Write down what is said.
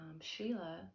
Sheila